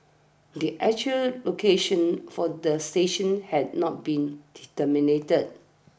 the actual locations for the stations had not been determined